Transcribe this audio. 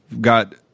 got